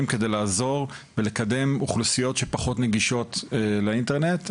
כדי לקדם ולעזור לאוכלוסיות שפחות נגישות לאינטרנט,